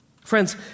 Friends